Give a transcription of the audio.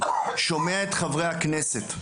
שומע את חברי הכנסת.